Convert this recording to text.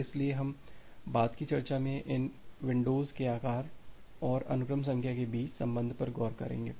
इसलिए हम बाद की चर्चा में इन विंडोज के आकार और अनुक्रम संख्या के बीच के संबंध पर गौर करेंगे